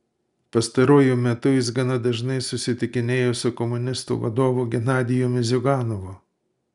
pastaruoju metu jis gana dažnai susitikinėjo su komunistų vadovu genadijumi ziuganovu